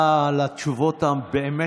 תודה רבה על התשובות הבאמת-מפורטות,